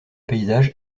paysage